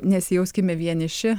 nesijauskime vieniši